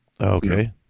Okay